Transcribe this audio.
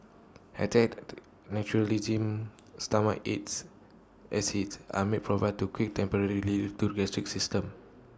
antacid neutralism stomach acid as its and may provide to quick temporary relief to gastric symptoms